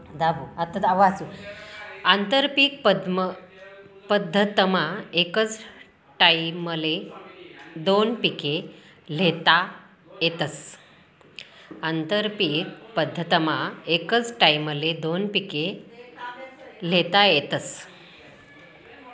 आंतरपीक पद्धतमा एकच टाईमले दोन पिके ल्हेता येतस